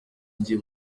gihe